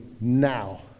now